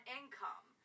income